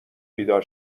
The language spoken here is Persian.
بیدار